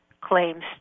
claims